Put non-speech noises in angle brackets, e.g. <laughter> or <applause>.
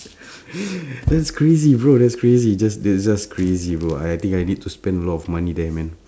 <laughs> that's crazy bro that's crazy just this just crazy bro I think I need to spend a lot of money there man